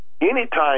anytime